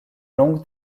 longue